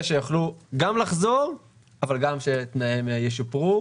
שיוכלו גם לחזור אבל גם שהתנאים ישופרו.